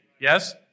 Yes